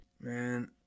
Man